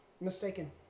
mistaken